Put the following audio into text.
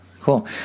cool